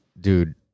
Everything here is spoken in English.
dude